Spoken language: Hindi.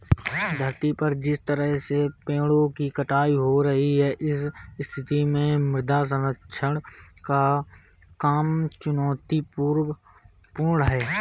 धरती पर जिस तरह से पेड़ों की कटाई हो रही है इस स्थिति में मृदा संरक्षण का काम चुनौतीपूर्ण है